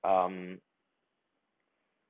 um